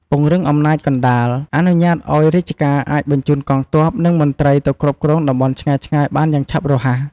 ពង្រឹងអំណាចកណ្ដាល អនុញ្ញាតឲ្យរាជការអាចបញ្ជូនកងទ័ព និងមន្ត្រីទៅគ្រប់គ្រងតំបន់ឆ្ងាយៗបានយ៉ាងឆាប់រហ័ស។